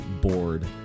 bored